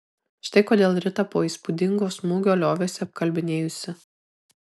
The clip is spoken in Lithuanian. štai kodėl rita po įspūdingo smūgio liovėsi apkalbinėjusi